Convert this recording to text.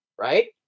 Right